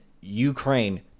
ukraine